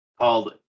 called